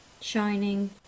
Shining